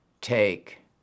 take